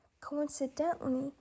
Coincidentally